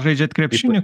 žaidžiat krepšinį